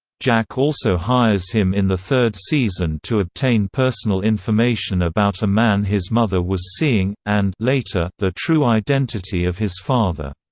jack also hires him in the third season to obtain personal information about a man his mother was seeing, and the true identity of his father.